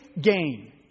gain